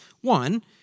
one